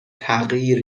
تغییر